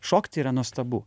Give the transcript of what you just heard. šokti yra nuostabu